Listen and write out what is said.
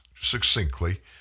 succinctly